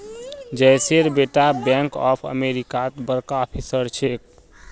जयेशेर बेटा bank of अमेरिकात बड़का ऑफिसर छेक